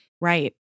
right